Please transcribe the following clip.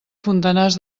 fontanars